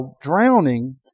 drowning